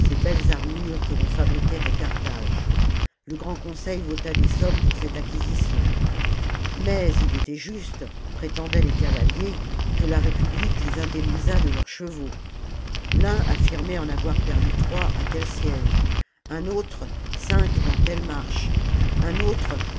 belles armures que l'on fabriquait à carthage le grand conseil vota des sommes pour cette acquisition mais il était juste prétendaient les cavaliers que la repu les indemnisât de leurs chevaux l'un affirmait en avoir perdu trois à tel siège un autre cinq dans telle marche un autre